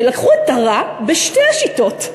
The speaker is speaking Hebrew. שלקחו את הרע בשתי השיטות.